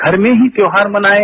घर में ही त्योहार मनाएं